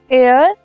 air